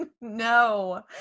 no